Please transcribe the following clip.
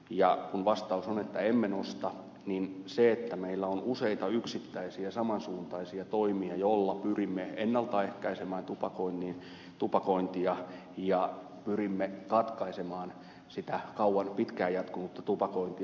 kun vastaus on että emme nosta niin tärkeää on se että meillä on useita yksittäisiä saman suuntaisia toimia joilla pyrimme ennaltaehkäisemään tupakointia ja pyrimme katkaisemaan sitä pitkään jatkunutta tupakointia